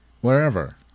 wherever